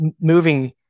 moving